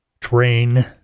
train